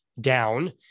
down